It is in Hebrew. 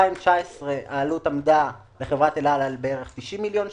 ב-2019 העלות עמדה בחברת אל על על כ-90 מיליון שקל,